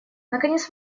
наконец